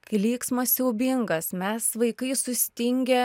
klyksmas siaubingas mes vaikai sustingę